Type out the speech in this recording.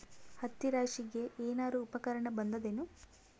ಹತ್ತಿ ರಾಶಿಗಿ ಏನಾರು ಉಪಕರಣ ಬಂದದ ಏನು?